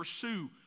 pursue